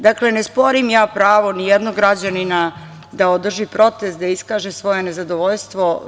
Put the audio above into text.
Dakle, ne sporim ja pravo ni jednog građanina da održi protest, da iskaže svoje nezadovoljstvo.